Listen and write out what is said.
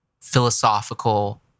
philosophical